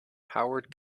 howard